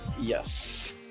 yes